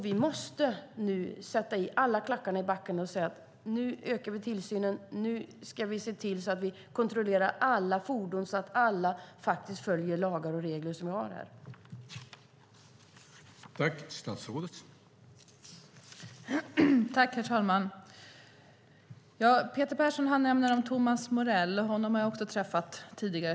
Nu måste vi sätta klackarna i backen och säga: Nu ökar vi tillsynen. Nu ska vi se till att alla fordon kontrolleras så att alla följer de lagar och regler som vi har i detta land.